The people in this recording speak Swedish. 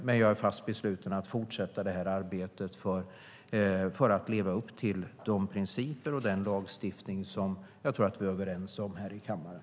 Men jag är fast besluten att fortsätta detta arbete för att man ska leva upp till de principer och den lagstiftning som jag tror att vi är överens om här i kammaren.